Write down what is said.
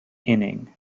inning